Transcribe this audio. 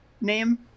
name